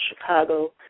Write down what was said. Chicago